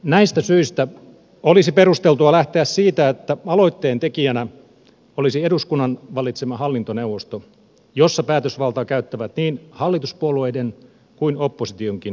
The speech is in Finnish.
näistä syistä olisi perusteltua lähteä siitä että aloitteentekijänä olisi eduskunnan valitsema hallintoneuvosto jossa päätösvaltaa käyttävät niin hallituspuolueiden kuin oppositionkin edustajat